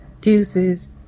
deuces